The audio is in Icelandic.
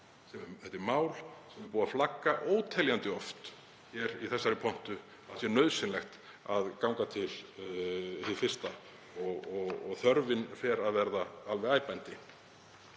Þetta er mál sem er búið að flagga óteljandi oft í þessari pontu að sé nauðsynlegt að ganga til hið fyrsta og þörfin fer að verða alveg æpandi.